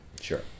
sure